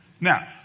Now